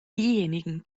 diejenigen